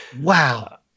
Wow